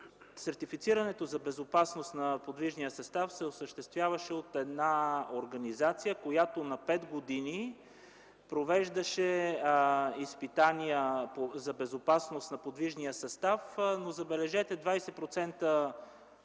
сертифицирането за безопасност на подвижния състав се осъществяваше от една организация, която провеждаше на пет години изпитания за безопасност на подвижния състав, но забележете: 20%